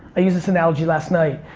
i used this analogy last night.